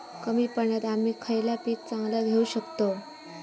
कमी पाण्यात आम्ही खयला पीक चांगला घेव शकताव?